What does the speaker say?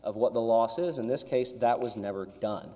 of what the losses in this case that was never done